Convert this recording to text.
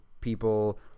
people